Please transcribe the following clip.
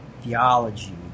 theology